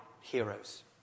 heroes